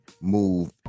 move